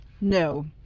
no